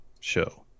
Show